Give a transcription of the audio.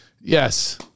Yes